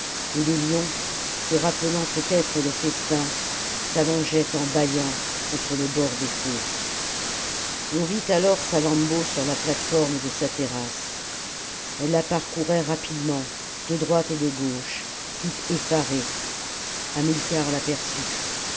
et les lions se rappelant peutêtre le festin s'allongeaient en bâillant contre le bord des fosses on vit alors salammbô sur la plate-forme de sa terrasse elle la parcourait rapidement de droite et de gauche tout effarée hamilcar